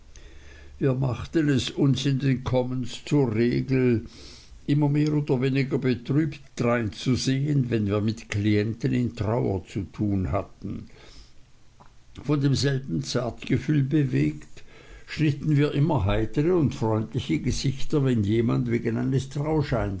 wir machten es uns in den commons zur regel immer mehr oder weniger betrübt dreinzusehen wenn wir mit klienten in trauer zu tun hatten von demselben zartgefühl bewegt schnitten wir immer heitere und freundliche gesichter wenn jemand wegen eines